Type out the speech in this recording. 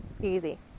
easy